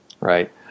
Right